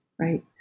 Right